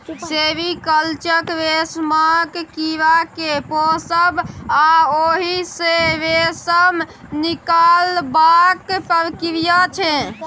sericulture रेशमक कीड़ा केँ पोसब आ ओहि सँ रेशम निकालबाक प्रक्रिया छै